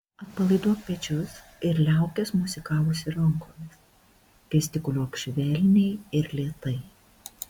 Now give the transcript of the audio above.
atpalaiduok pečius ir liaukis mosikavusi rankomis gestikuliuok švelniai ir lėtai